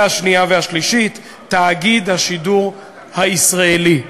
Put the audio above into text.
השנייה והשלישית: תאגיד השידור הישראלי.